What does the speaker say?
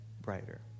Brighter